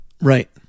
Right